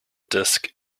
disk